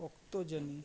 ᱚᱠᱛᱚ ᱡᱟᱹᱱᱤᱡ